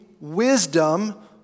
wisdom